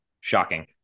Shocking